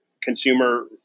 consumer